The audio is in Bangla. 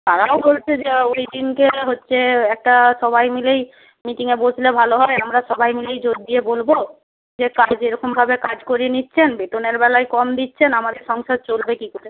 তারাও বলছে যে ওই দিনকে হচ্ছে একটা সবাই মিলেই মিটিংয়ে বসলে ভালো হয় আমরা সবাই মিলেই জোর দিয়ে বলব যে কাজ যেরকমভাবে কাজ করিয়ে নিচ্ছেন বেতনের বেলায় কম দিচ্ছেন আমাদের সংসার চলবে কী করে